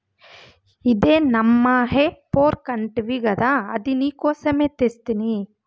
ఇదే నమ్మా హే ఫోర్క్ అంటివి గదా అది నీకోసమే తెస్తిని